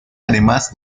además